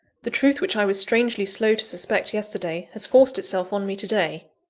the truth, which i was strangely slow to suspect yesterday, has forced itself on me to-day.